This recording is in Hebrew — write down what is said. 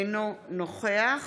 אינו נוכח